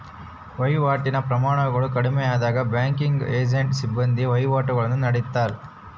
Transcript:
ವಹಿವಾಟಿನ ಪ್ರಮಾಣಗಳು ಕಡಿಮೆಯಾದಾಗ ಬ್ಯಾಂಕಿಂಗ್ ಏಜೆಂಟ್ನ ಸಿಬ್ಬಂದಿ ವಹಿವಾಟುಗುಳ್ನ ನಡತ್ತಾರ